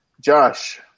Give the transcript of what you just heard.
Josh